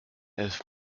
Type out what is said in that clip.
elf